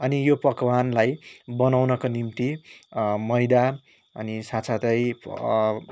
अनि यो पकवानलाई बनाउनको निम्ति मैदा अनि साथ साथै